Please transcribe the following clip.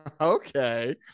Okay